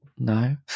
No